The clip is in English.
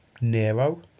nero